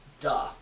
duh